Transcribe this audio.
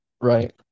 right